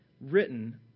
written